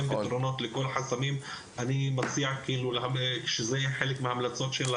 אבל חשיבה הוליסטית על טיפול כוללני לבעיה הזאת שיש בה הרבה מרכיבים,